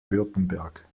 württemberg